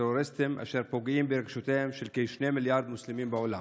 טרוריסטיים שפוגעים ברגשותיהם של כשני מיליארד מוסלמים בעולם.